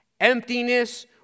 Emptiness